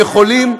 והם יכולים,